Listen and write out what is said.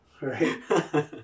Right